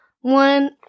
one